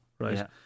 Right